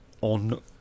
on